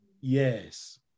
Yes